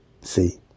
See